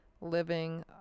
living